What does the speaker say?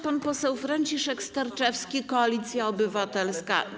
Pan poseł Franciszek Sterczewski, Koalicja Obywatelska.